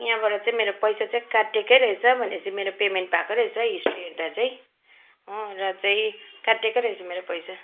यहाँबाट चाहिँ मेरो पैसा चाहिँ काटिएकै रहेछ भने पछि मेरो पेमेन्ट भएको रहेछ हिस्ट्री हेर्दा चाहिँ र चाहिँ काटिएकै रहेछ मेरो पैसा